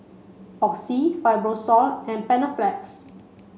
Oxy Fibrosol and Panaflex